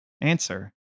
answer